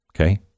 okay